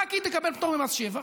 רק היא תקבל פטור ממס שבח,